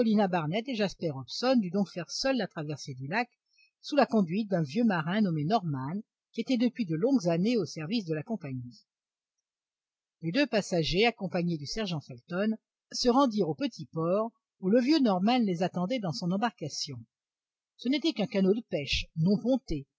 barnett et jasper hobson durent donc faire seuls la traversée du lac sous la conduite d'un vieux marin nommé norman qui était depuis de longues années au service de la compagnie les deux passagers accompagnés du sergent felton se rendirent au petit port où le vieux norman les attendait dans son embarcation ce n'était qu'un canot de pêche non ponté